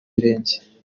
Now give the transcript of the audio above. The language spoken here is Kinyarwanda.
birenge